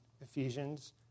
Ephesians